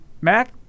Mac